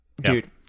dude